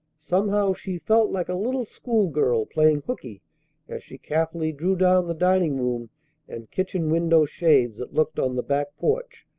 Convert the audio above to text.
somehow she felt like a little schoolgirl playing hookey as she carefully drew down the dining-room and kitchen window-shades that looked on the back porch,